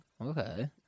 okay